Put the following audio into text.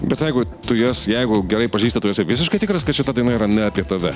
bet jeigu tu jas jeigu gerai pažįsti tu esi visiškai tikras kad šita daina yra ne apie tave